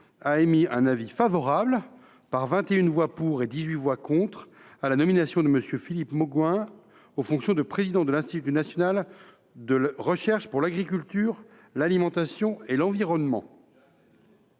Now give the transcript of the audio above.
a émis un avis favorable, par 21 voix pour et 18 voix contre, à la nomination de M. Philippe Mauguin aux fonctions de président de l’Institut national de recherche pour l’agriculture, l’alimentation et l’environnement.